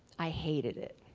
i hated it.